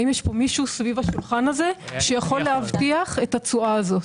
האם יש מישהו פה שיכול להבטיח את התשואה הזאת?